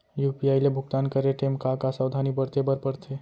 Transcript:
UPI ले भुगतान करे टेम का का सावधानी बरते बर परथे